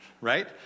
right